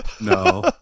No